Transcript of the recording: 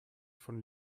von